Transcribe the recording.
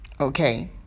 Okay